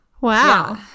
Wow